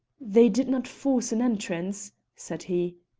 the did not force an entrance? said he.